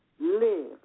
Live